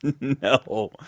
no